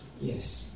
Yes